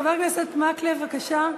חבר הכנסת מקלב, בבקשה.